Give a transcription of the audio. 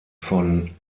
von